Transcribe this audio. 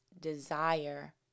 desire